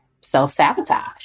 self-sabotage